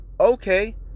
Okay